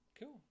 Cool